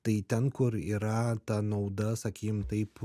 tai ten kur yra ta nauda sakykim taip